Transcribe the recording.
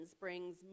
brings